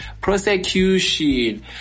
prosecution